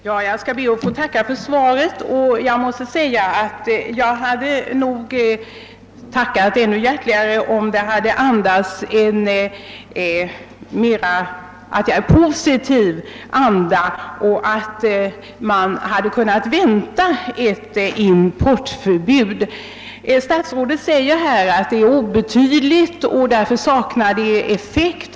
Herr talman! Jag ber att få tacka för svaret, men jag hade nog tackat ännu hjärtligare om det hade andats en mera positiv inställning och vi hade kunnat vänta ett importförbud. Statsrådet säger nu att importen är obetydlig och att ett importförbud därför skulle sakna effekt.